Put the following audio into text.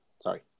Sorry